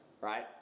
right